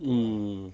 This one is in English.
mm